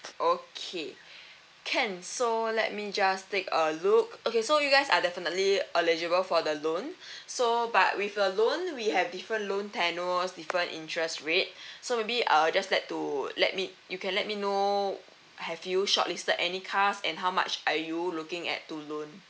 okay can so let me just take a look okay so you guys are definitely eligible for the loan so but with a loan we have different loan tenures different interest rate so maybe uh just let to let me you can let me know have you shortlisted any cars and how much are you looking at to loan